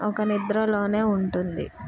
ఒక నిద్రలోనే ఉంటుంది